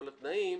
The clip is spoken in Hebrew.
התנאים,